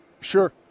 Sure